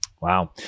Wow